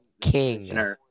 king